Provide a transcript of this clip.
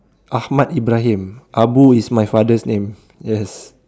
Ahmad-Ibrahim abu is my father's name yes